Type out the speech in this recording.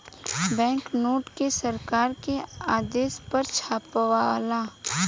bank note के सरकार के आदेश पर छापाला